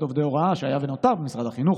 ותמריצים למכינות קדם-אקדמיות לחינוך,